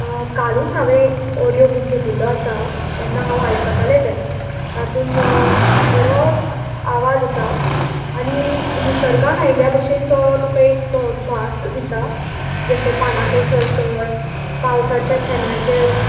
कालूच हांवें audio book घेतिल्लो आसा तेन्ना हांव आयकतालें तें तातूंत बरोच आवाज आसा आनी निसर्गान आयिल्ल्या भशेन तो तुका एक भास दिता जशें पानांचो सळसळ पावसाच्या थेंब्याचें